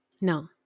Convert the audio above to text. No